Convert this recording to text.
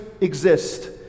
exist